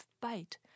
bite